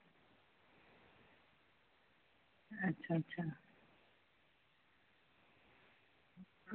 अच्छा अच्छा